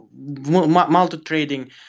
multi-trading